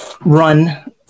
run